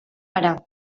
gara